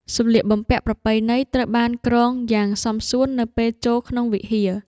សម្លៀកបំពាក់ប្រពៃណីត្រូវបានគ្រងយ៉ាងសមសួននៅពេលចូលក្នុងវិហារ។